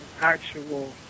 actual